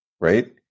right